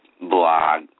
blog